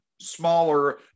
smaller